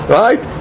right